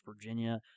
Virginia